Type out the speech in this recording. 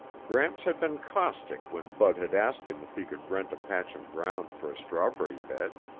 gramps had been caustic when bud had asked him if he could rent a patch of ground for a strawberry bed.